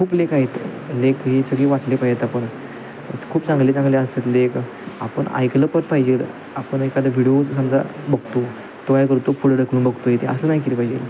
खूप लेख आहेत लेख हे सगळे वाचले पाहिजेत आपण खूप चांगले चांगले असतात लेख आपण ऐकले पण पाहिजे आपण एखादा व्हिडिओ समजा बघतो तो काय करतो पुढे ढकलून बघतो ते असे नाही केले पाहिजे